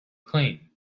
claim